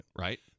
right